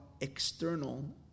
external